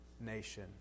nation